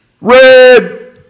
Red